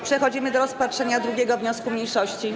Przechodzimy do rozpatrzenia 2. wniosku mniejszości.